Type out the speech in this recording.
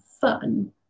fun